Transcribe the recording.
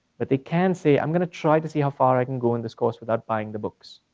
but they can say, i'm going to try to see how far i can go in this course without buying the books.